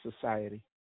society